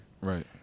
Right